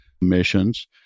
missions